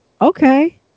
okay